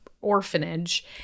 orphanage